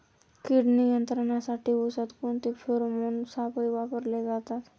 कीड नियंत्रणासाठी उसात कोणते फेरोमोन सापळे वापरले जातात?